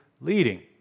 leading